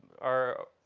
are